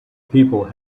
people